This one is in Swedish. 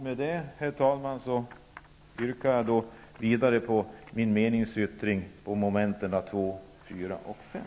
Med detta, herr talman, yrkar jag än en gång bifall till min meningsyttring under momenten 2, 4 och 5.